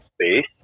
space